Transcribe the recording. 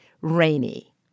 rainy